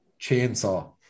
chainsaw